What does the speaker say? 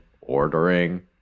ordering